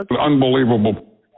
Unbelievable